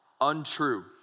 untrue